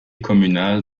communal